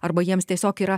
arba jiems tiesiog yra